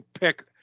pick